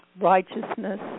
righteousness